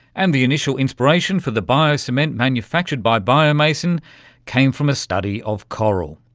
and the initial inspiration for the bio-cement manufactured by biomason came from a study of coral,